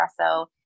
espresso